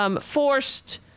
forced